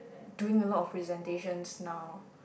doing a lot of presentations now